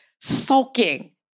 sulking